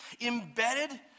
embedded